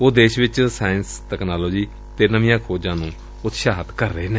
ਉਹ ਦੇਸ਼ ਵਿਚ ਸਾਇਸ ਤਕਨਾਲੋਜੀ ਅਤੇ ਨਵੀਆਂ ਖੋਜਾਂ ਨੂੰ ਉਤਸ਼ਾਹਿਤ ਕਰ ਰਹੇ ਨੇ